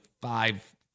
five